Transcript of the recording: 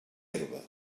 herba